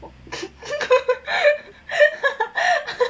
okay